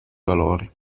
valori